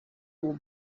will